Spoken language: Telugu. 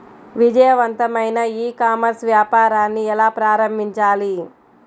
విజయవంతమైన ఈ కామర్స్ వ్యాపారాన్ని ఎలా ప్రారంభించాలి?